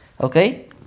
okay